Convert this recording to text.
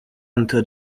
until